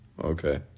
Okay